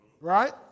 right